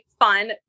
fun